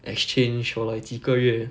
exchange for like 几个月